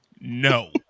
No